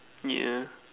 yeah